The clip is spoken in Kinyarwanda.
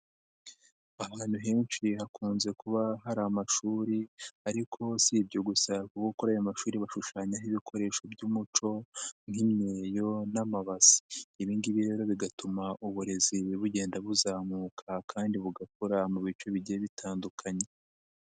Ahantu henshi hakunze kuba hari amashuri ariko usi ibyo gusa kuko kuri ayo mashuri bashushanyaho ibikoresho by'umuco nk'imyeyo n'amabasi ibingibi rero bigatuma uburezi bugenda buzamuka kandi bugakura mu bice bigiye bitandukanye.